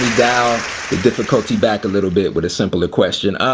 down the difficulty back a little bit with a simpler question um,